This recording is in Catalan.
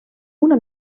una